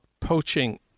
poaching